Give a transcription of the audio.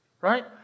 Right